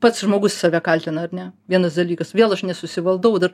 pats žmogus save kaltina ar ne vienas dalykas vėl aš nesusivaldau dar